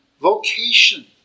vocation